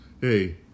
Hey